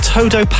Todo